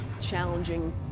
challenging